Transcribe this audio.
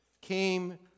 came